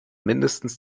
mindestens